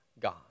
God